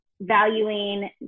valuing